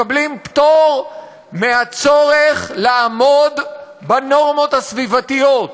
מקבלים פטור מהצורך לעמוד בנורמות הסביבתיות,